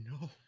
no